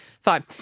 fine